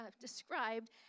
described